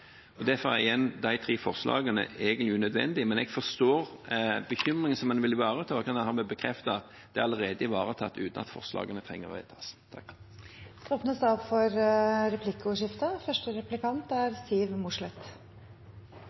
Derfor er de tre forslagene egentlig unødvendige, men jeg forstår bekymringen, og jeg kan hermed bekrefte at dette allerede er ivaretatt uten at forslagene trenger å vedtas. Det blir replikkordskifte. Senterpartiet er tydelig på at vi ikke ønsker å innføre gebyr for